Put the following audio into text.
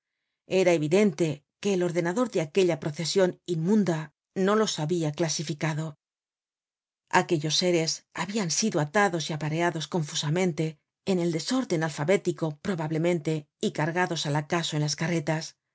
era evidente que el ordenador de aquella procesion inmunda no los habia clasificado aquellos seres habian sido atados y apareados confusamente en el desórden alfabético probablemente y cargados al acaso en las carretas